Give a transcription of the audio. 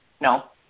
No